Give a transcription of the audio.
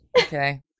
Okay